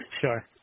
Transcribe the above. sure